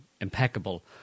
impeccable